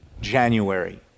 January